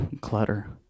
clutter